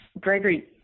Gregory